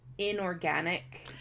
inorganic